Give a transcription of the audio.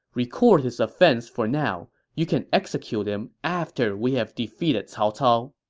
record his offense for now. you can execute him after we have defeated cao cao.